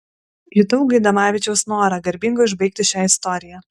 jutau gaidamavičiaus norą garbingai užbaigti šią istoriją